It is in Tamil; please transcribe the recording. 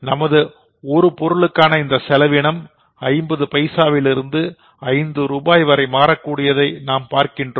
நமது ஒரு பொருளுக்கான இந்த செலவினம் ஐம்பது பைசாவிலிருந்து ஐந்து ரூபாய் வரை மாறக்கூடியதை நாம் பார்க்கிறோம்